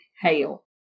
hail